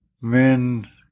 men